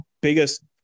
biggest